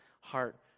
heart